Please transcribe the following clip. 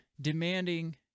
demanding